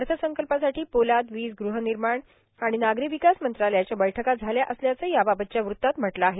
अर्थसंकल्पासाठी पोलाद वीज ग़हनिर्माण आणि नागरी विकास मंत्रालयाच्या बैठका झाल्या असल्याचं याबाबतच्या वृत्तात म्हटलं आहे